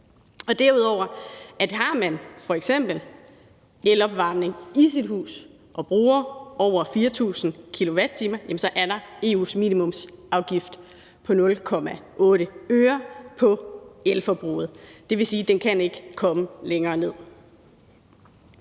gælder det, at har man f.eks. elopvarmning i sit hus og bruger over 4.000 kWh, så er der EU's minimumsafgift på 0,8 øre på elforbruget. Det vil sige, at den ikke kan komme længere ned.